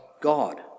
god